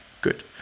good